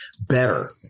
better